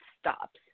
stops